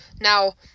Now